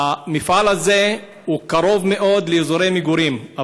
המפעל הזה קרוב מאוד לאזורי מגורים,